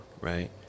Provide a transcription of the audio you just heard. right